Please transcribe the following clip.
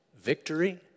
victory